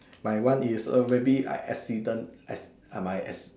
my one is oh maybe I accident S uh my S